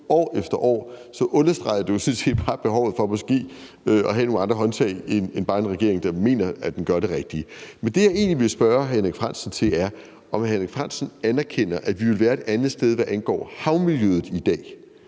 år efter år, så understreger det jo sådan set bare behovet for måske at have nogle andre håndtag at skrue på end bare en regering, der mener, at den gør det rigtige. Det, jeg egentlig vil spørge hr. Henrik Frandsen til, er, om hr. Henrik Frandsen anerkender, at vi i dag ville være et andet sted, hvad angår havmiljøet, hvis